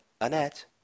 annette